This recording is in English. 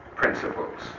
Principles